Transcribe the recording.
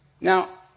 Now